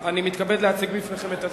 אני מתכבד להציג לפניכם,